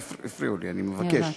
הפריעו לי, אני מבקש.